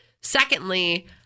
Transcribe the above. Secondly